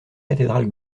cathédrale